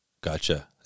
Gotcha